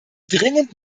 dringend